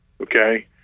okay